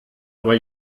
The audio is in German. aber